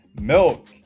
Milk